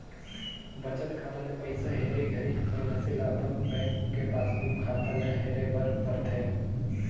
बचत खाता ले पइसा हेरे घरी मइनसे ल अपन बेंक के पासबुक खाता ले हेरे बर परथे